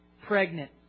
pregnant